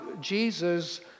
Jesus